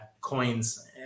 coins